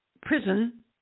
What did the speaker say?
prison